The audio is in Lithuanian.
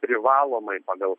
privalomai pagal